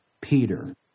Peter